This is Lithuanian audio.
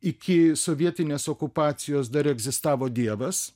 iki sovietinės okupacijos dar egzistavo dievas